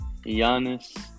Giannis